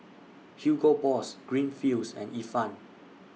Hugo Boss Greenfields and Ifan